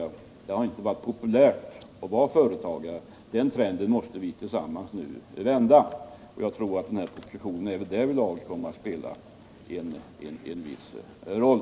Det har inte varit populärt att vara det. Den trenden måste vi tillsammans vända. Jag tror att propositionen även därvidlag kan komma att spela en viss roll.